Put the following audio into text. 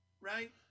right